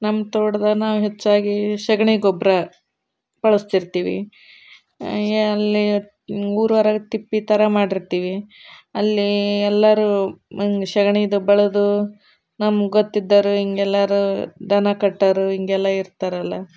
ನಮ್ಮ ತೋಟದ ನಾವು ಹೆಚ್ಚಾಗಿ ಸೆಗಣಿ ಗೊಬ್ಬರ ಬಳಸ್ತಿರ್ತೀವಿ ಎಲ್ಲಿ ಊರ ಹೊರಗ್ ತಿಪ್ಪೆ ಥರ ಮಾಡಿರ್ತೀವಿ ಅಲ್ಲಿ ಎಲ್ಲರೂ ಸೆಗಣೀದ ಬಳಿದು ನಮ್ಗೆ ಗೊತ್ತಿದ್ದವರು ಹಿಂಗೆಲ್ಲಾರೂ ದನ ಕಟ್ಟೋರು ಹಿಂಗೆಲ್ಲ ಇರ್ತಾರಲ್ಲ